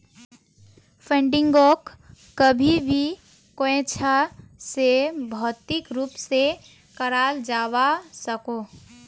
फंडिंगोक कभी भी कोयेंछा से भौतिक रूप से कराल जावा सकोह